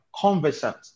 conversant